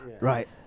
Right